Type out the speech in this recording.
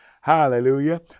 hallelujah